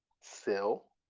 sell